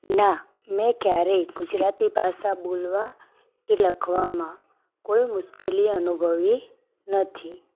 મેં ક્યારેય ગુજરાતી ભાષા બોલવા કે લખવામાં કોઈ મુશ્કેલી અનુભવી નથી